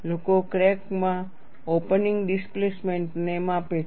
લોકો ક્રેક મોં opening displacement ને માપે છે